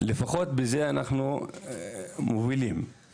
בזה אנחנו מובילים,